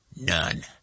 None